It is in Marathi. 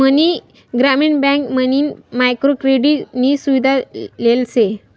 मनी ग्रामीण बँक मयीन मायक्रो क्रेडिट नी सुविधा लेल शे